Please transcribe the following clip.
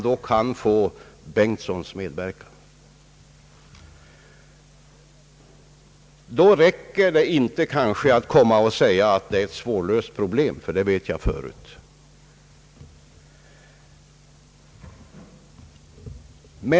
Då räcker det kanske inte att säga att det är »ett svårlöst problem» — det vet jag förut.